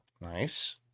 Nice